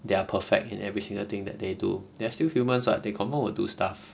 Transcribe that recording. they are perfect in every single thing that they do they are still humans [what] they confirm will do stuff